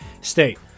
State